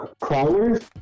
crawlers